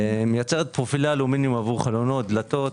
מייצרת אלומיניום עבור חלונות, דלתות.